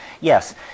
yes